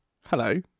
Hello